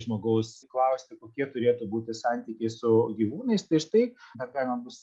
žmogaus klausti kokie turėtų būti santykiai su gyvūnais prieš tai dar galima bus